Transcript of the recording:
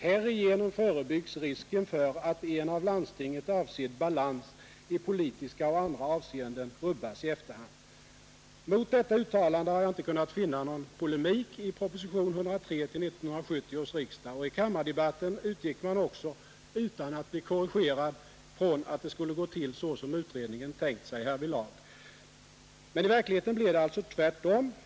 Härigenom förebygges risken för att en av landstinget avsedd balans i politiska och andra avseenden rubbas i efterhand.” Mot detta uttalande har jag inte kunnat finna någon polemik i proposition 103 till 1970 års riksdag. I kammardebatten utgick man också från, utan att bli korrigerad, att det skulle gå till så som utredningen hade tänkt sig härvidlag. Men i verkligheten blev det alltså tvärtom.